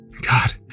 God